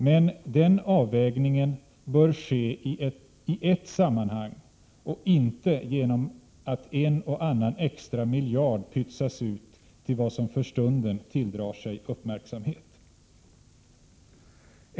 Men den avvägningen bör ske i ett sammanhang och inte genom att en och annan extra miljard pytsas ut till vad som för stunden tilldrar sig uppmärksamhet.